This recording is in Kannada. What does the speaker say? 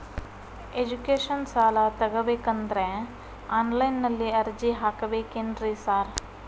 ಎಜುಕೇಷನ್ ಸಾಲ ತಗಬೇಕಂದ್ರೆ ಆನ್ಲೈನ್ ನಲ್ಲಿ ಅರ್ಜಿ ಹಾಕ್ಬೇಕೇನ್ರಿ ಸಾರ್?